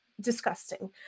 disgusting